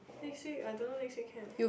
next week I don't know next week can or not